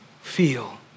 feel